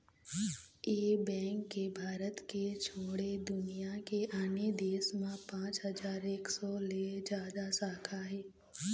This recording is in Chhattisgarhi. ए बेंक के भारत के छोड़े दुनिया के आने देश म पाँच हजार एक सौ ले जादा शाखा हे